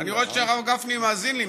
אני רואה שהרב גפני מאזין לי.